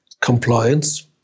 compliance